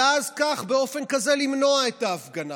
ואז כך, באופן כזה, למנוע את ההפגנה.